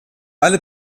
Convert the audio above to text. alle